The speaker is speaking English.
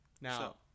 Now